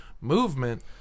movement